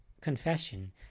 confession